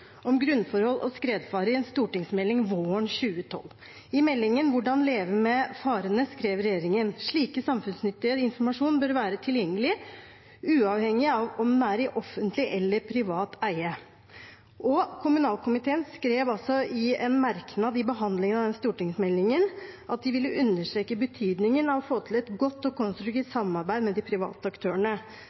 om grunnforhold og skredfare. I meldingen Hvordan leve med farene skrev regjeringen: «Slik samfunnsnyttig informasjon bør være tilgjengelig uavhengig av om den er i offentlig eller privat eie.» Kommunalkomiteen skrev i en merknad i forbindelse med behandlingen av den stortingsmeldingen at de ville understreke betydningen av å få til et godt og konstruktivt samarbeid med de private aktørene.